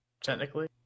technically